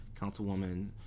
Councilwoman